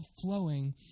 flowing